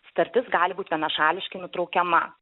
sutartis gali būt vienašališkai nutraukiama